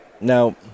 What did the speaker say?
Now